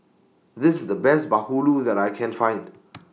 This IS The Best Bahulu that I Can Find